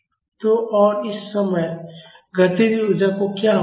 तो और उस समय गतिज ऊर्जा को क्या हो रहा है